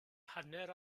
hanner